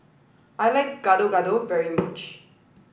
I like Gado Gado very much